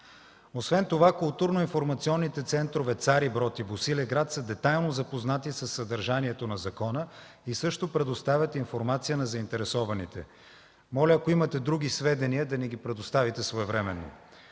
Освен това културно-информационните центрове в Цариброд и Босилеград са детайлно запознати със съдържанието на закона и също предоставят информация на заинтересованите. Моля, ако имате други сведения, да ни ги предоставите своевременно.